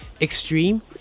extreme